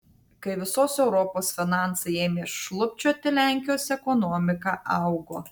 kai visos europos finansai ėmė šlubčioti lenkijos ekonomika augo